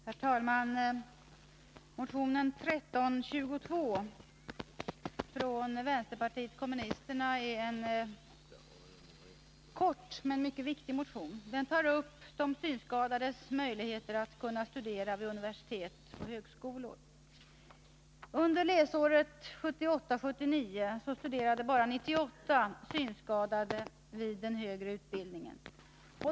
Herr talman! Motion 1322 från vpk är en kort men mycket viktig motion. Den tar upp de synskadades möjligheter att studera vid universitet och högskolor. Under läsåret 1978/79 fanns det bara 98 synskadade inom den högre utbildningen.